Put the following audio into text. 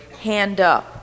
hand-up